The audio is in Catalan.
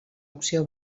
opció